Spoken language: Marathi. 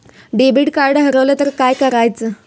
डेबिट कार्ड हरवल तर काय करायच?